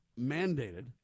mandated